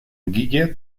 guille